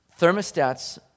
Thermostats